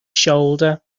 shoulder